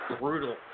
brutal